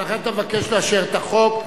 ולכן אתה מבקש לאשר את החוק.